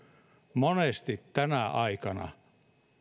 monesti tänä aikana